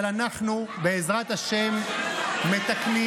אבל אנחנו בעזרת השם מתקנים.